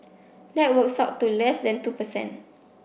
that works out to less than two per cent